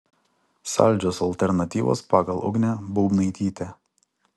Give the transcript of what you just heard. saldžios alternatyvos pagal ugnę būbnaitytę